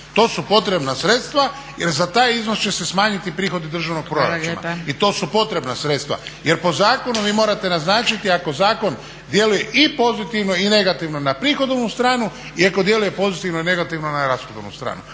To su potrebna sredstva, jer za taj iznos će se smanjiti prihodi državnog proračuna. …/Upadica Zgrebec: Hvala lijepa./… I to su potrebna sredstva. Jer po zakonu vi morate naznačiti ako zakon djeluje i pozitivno i negativno na prihodovnu stranu i ako djeluje pozitivno i negativno na rashodovnu stranu.